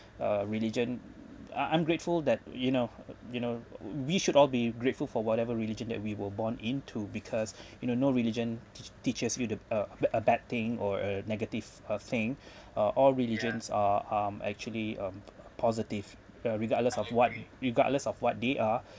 a religion I I'm grateful that you know you know we should all be grateful for whatever religion that we were born into because you know no religion teach~ teaches you the uh a bad thing or a negative uh thing uh all religions are um actually um positive uh regardless of what regardless of what they are